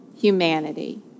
humanity